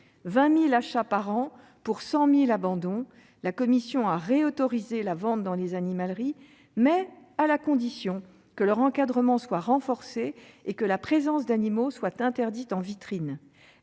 20 000 achats par an pour 100 000 abandons. La commission a réautorisé ces ventes à la condition que leur encadrement soit renforcé et que la présence d'animaux soit interdite en vitrine.